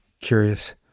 curious